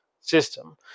system